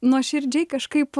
nuoširdžiai kažkaip